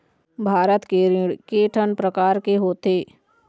भारत के ऋण के ठन प्रकार होथे?